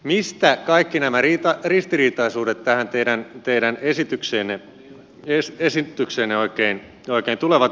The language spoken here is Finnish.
mistä kaikki nämä ristiriitaisuudet tähän teidän esitykseenne oikein tulevat